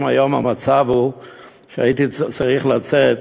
היום המצב הוא שהייתי צריך לצאת